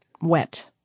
wet